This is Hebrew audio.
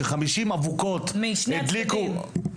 ש-50 אבוקות הדליקו --- משני הצדדים.